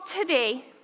today